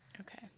Okay